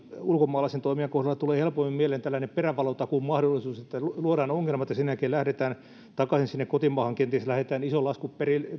ulkomaalaisen toimijan kohdalla tulee helpommin mieleen tällainen perävalotakuun mahdollisuus että luodaan ongelmat ja sen jälkeen lähdetään takaisin sinne kotimaahan ja kenties lähetetään iso lasku